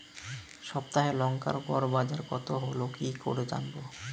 সপ্তাহে লংকার গড় বাজার কতো হলো কীকরে জানবো?